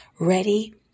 ready